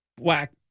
black